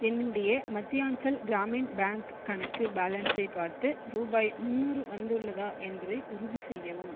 என்னுடைய மத்தியான்ச்சல் கிராமின் பேங்க் கணக்கு பேலன்ஸை பார்த்து ரூபாய் முந்நூறு வந்துள்ளதா என்பதை உறுதிசெய்யவும்